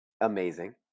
amazing